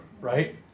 right